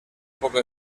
poca